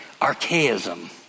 archaism